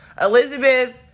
elizabeth